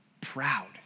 proud